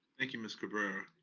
thank you, miss cabrera.